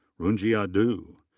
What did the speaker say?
runjia du.